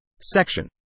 Section